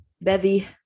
bevy